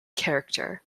character